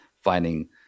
finding